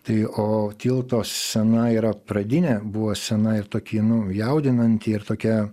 tai o tilto scena yra pradinė buvo scena ir tokį nu jaudinanti ir tokia